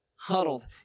huddled